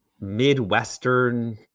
midwestern